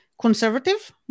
conservative